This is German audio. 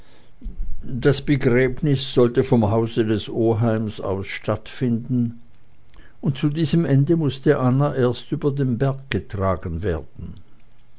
das begräbnis sollte vom hause des oheims aus stattfinden und zu diesem ende hin mußte anna erst über den berg getragen werden